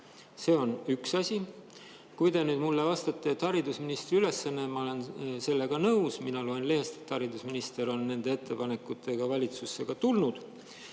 See on üks asi. Kui te nüüd mulle vastate, et haridusministri ülesanne, siis ma olen sellega nõus. Mina loen lehest, et haridusminister ongi nende ettepanekutega valitsusse tulnud.